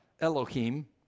Elohim